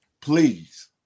please